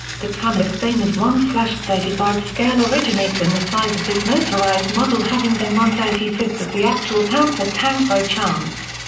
the tamiya's famous one thirty five scale originates in the size of this motorized model having been one thirty five of the actual panther tank by chance.